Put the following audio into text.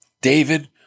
David